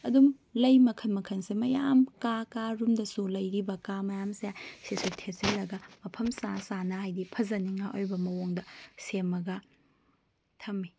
ꯑꯗꯨꯝ ꯂꯩ ꯃꯈꯜ ꯃꯈꯜꯁꯦ ꯃꯌꯥꯝ ꯀꯥ ꯀꯥ ꯔꯨꯝꯗꯁꯨ ꯂꯩꯔꯤꯕ ꯀꯥ ꯃꯌꯥꯝꯁꯦ ꯁꯤꯁꯦ ꯊꯦꯠꯆꯤꯜꯂꯒ ꯃꯐꯝ ꯆꯥ ꯆꯥꯅ ꯍꯥꯏꯕꯗꯤ ꯐꯖꯅꯤꯉꯥꯏ ꯑꯣꯏꯕ ꯃꯑꯣꯡꯗ ꯁꯦꯝꯃꯒ ꯊꯝꯏ